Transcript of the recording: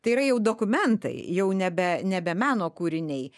tai yra jau dokumentai jau nebe nebe meno kūriniai